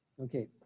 Okay